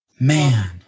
Man